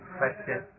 question